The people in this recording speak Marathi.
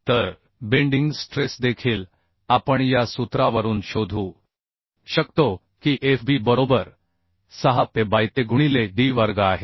तर बेंडिंग स्ट्रेस देखील आपण या सूत्रावरून शोधू शकतो की Fb बरोबर 6 Pe बायTe गुणिले D वर्ग आहे